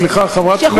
סליחה, חברת הכנסת קריב.